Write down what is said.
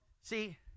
see